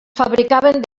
fabricaven